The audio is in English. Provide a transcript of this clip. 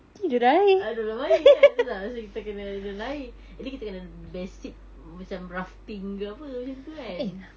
ah duduk dalam air kan betul tak pastu kita kena jalan dalam air at least kita kena basic macam rafting ke apa macam tu kan